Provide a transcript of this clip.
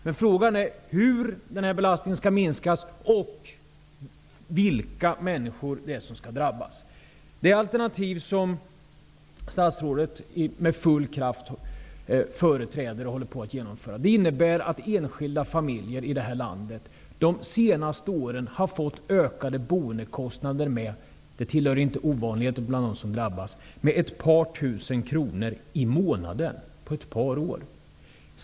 Men frågan är hur den här belastningen skall minskas och vilka människor det är som skall drabbas. Det alternativ som statsrådet med full kraft företräder och håller på att genomföra innebär att enskilda familjer i det här landet de senaste åren har fått ökade boendekostnader med ett par tusen kronor i månaden. Det tillhör inte ovanligheten bland dem som drabbats.